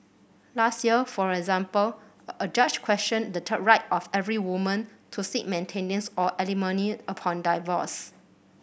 last year for example a judge questioned the right of every woman to seek maintenance or alimony upon divorce